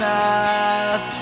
Enough